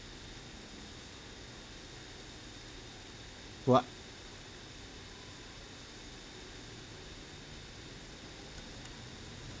!wah!